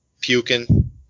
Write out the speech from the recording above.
puking